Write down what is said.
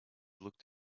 looked